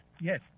Yes